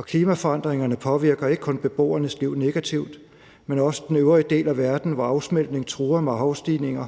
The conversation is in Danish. klimaforandringerne påvirker ikke kun beboernes liv negativt, men også den øvrige del af verden, hvor afsmeltning truer med havstigninger